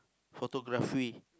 photography